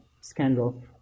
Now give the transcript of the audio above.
scandal